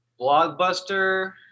Blockbuster